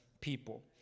people